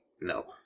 No